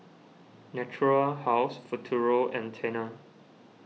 Natura House Futuro and Tena